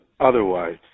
Otherwise